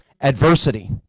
Adversity